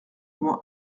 loin